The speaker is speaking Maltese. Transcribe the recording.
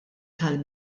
tal